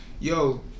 Yo